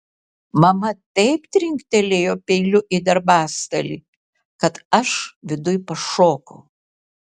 mama taip trinktelėjo peiliu į darbastalį kad aš viduj pašokau